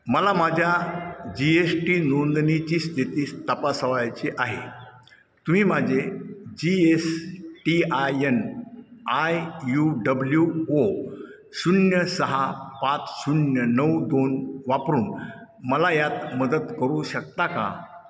मला माझ्या G S T नोंदणीची स्थिती तपासावयाची आहे तुम्ही माझे G S T I N I U W O शून्य सहा पाच शून्य नऊ दोन वापरून मला यात मदत करू शकता का